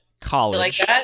college